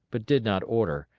but did not order,